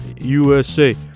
USA